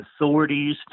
authorities